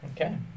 Okay